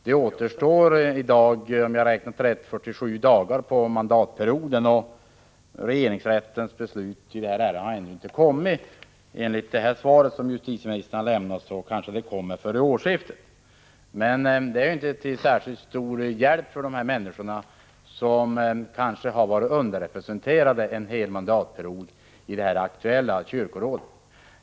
Det återstår just nu, om jag har räknat rätt, endast 47 dagar av mandatperioden, och regeringsrättens beslut i ärendet har ännu inte fattats. Att döma av justitieministerns svar kommer det kanske före årsskiftet, men det är inte till särskilt stor hjälp för de människor som i det aktuella kyrkorådet kommer att ha varit underrepresenterade under kanske hela mandatperioden.